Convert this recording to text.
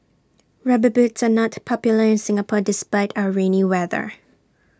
rubber boots are not popular in Singapore despite our rainy weather